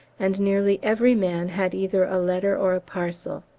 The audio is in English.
and nearly every man had either a letter or a parcel.